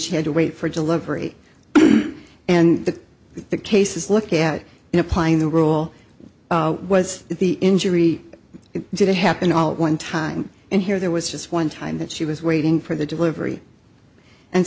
she had to wait for delivery and the case is looked at in applying the rule was the injury it didn't happen all at one time and here there was just one time that she was waiting for the delivery and